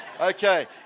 okay